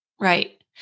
Right